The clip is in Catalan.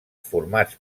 formats